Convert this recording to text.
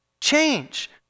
change